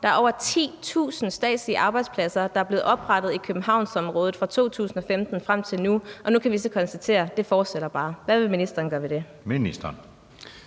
Der er over 10.000 statslige arbejdspladser, der er blevet oprettet i Københavnsområdet fra 2015 og frem til nu, og nu kan vi så konstatere, at det bare fortsætter. Hvad vil ministeren gøre ved det?